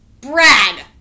Brad